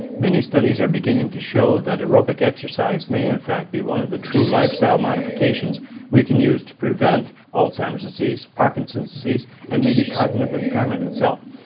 many studies are beginning to show that aerobic exercise may in fact be one of the true lifestyle modifications we can use to prevent alzheimer's disease, parkinson's disease and maybe cognitive impairment itself.